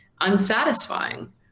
unsatisfying